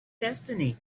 destiny